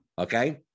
okay